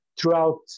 throughout